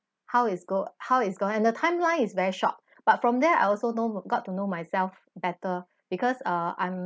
how is go how is going and the timeline is very short but from there I also know got to know myself better because uh I'm